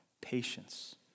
patience